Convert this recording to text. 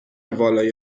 والای